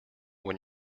when